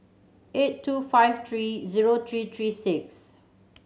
eight two five three zero three three six